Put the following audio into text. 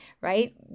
right